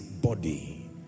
body